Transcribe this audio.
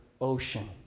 ocean